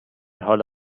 حال